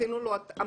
ועשינו לו התאמה